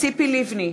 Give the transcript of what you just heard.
ציפי לבני,